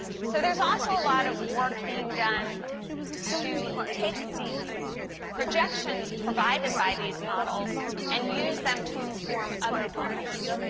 so there is also a lot of work being done to take the projections provided by these models and use them to inform other models,